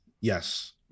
Yes